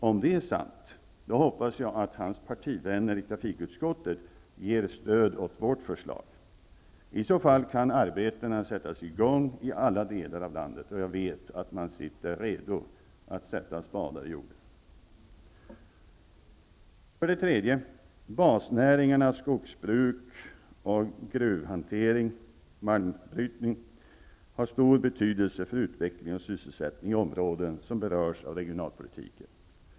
Om detta är sant, hoppas jag att hans partivänner i trafikutskottet stöder vårt förslag. Då skulle arbetena kunna sättas i gång i alla delar av landet, och jag vet att man är redo att sätta spadar i jorden. För det tredje: Basnäringarna skogsbruk och gruvhantering, malmbrytning, har stor betydelse för utveckling och sysselsättning i områden som berörs av regionalpolitiken.